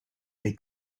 they